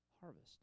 harvest